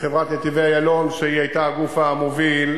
חברת "נתיבי איילון", שהיתה הגוף המוביל,